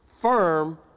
firm